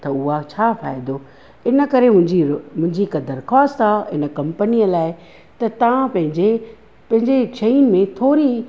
त उहा छा फ़ाइदो इनकरे मुंहिंजी मुंहिंजी हिकु दरख़्वास्त आहे हिन कंपनीअ लाइ त तव्हां पंहिंजे पंहिंजे शयुनि में थोरी